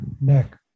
neck